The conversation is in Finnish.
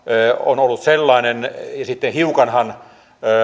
on ollut sellainen ja sitten hiukanhan